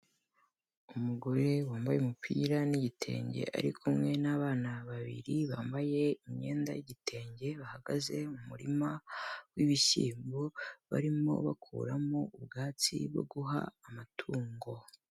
Umugore wambaye umupira n'igitenge ari kumwe nabana babiri, bambaye imyenda y'igitenge, bahagaze mu murima w'ibishyimbo, barimo bakuramo ubwatsi bwo guha amatungo.